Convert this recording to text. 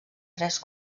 tres